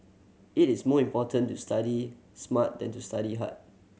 it is more important to study smart than to study hard